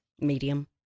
Medium